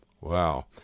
Wow